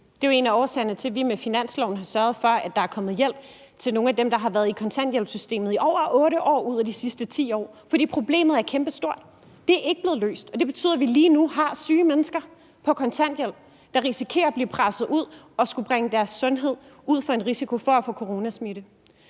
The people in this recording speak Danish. ikke løst. Det er jo en af årsagerne til, at vi med finansloven har sørget for, at der er kommet hjælp til nogle af dem, der har været i kontanthjælpssystemet i over 8 ud af de sidste 10 år, for problemet er kæmpestort. Det er ikke blevet løst, og det betyder, at vi lige nu har syge mennesker på kontanthjælp, der risikerer at blive presset ud i at risikere deres sundhed på grund af coronasmitte.